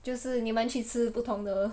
就是你们去吃不同的